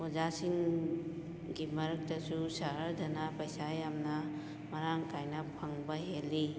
ꯑꯣꯖꯥꯁꯤꯡꯒꯤ ꯃꯔꯛꯇꯁꯨ ꯁꯍꯔꯗꯅ ꯄꯩꯁꯥ ꯌꯥꯝꯅ ꯃꯔꯥꯡ ꯀꯥꯏꯅ ꯐꯪꯕ ꯍꯦꯜꯂꯤ